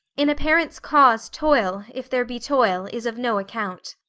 in a parent's cause toil, if there be toil, is of no account.